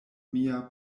mia